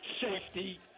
safety